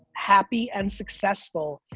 happy and successful.